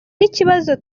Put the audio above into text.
n’ikibazo